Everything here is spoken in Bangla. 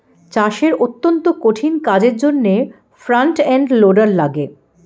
চাষের অত্যন্ত কঠিন কাজের জন্যে ফ্রন্ট এন্ড লোডার লাগে